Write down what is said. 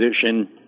position